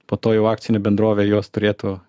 po to jau akcinę bendrovę jos turėtų